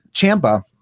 champa